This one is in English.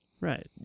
Right